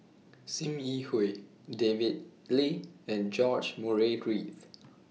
SIM Yi Hui David Lee and George Murray Reith